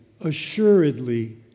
assuredly